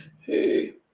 hey